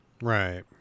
Right